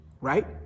right